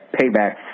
payback